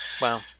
Wow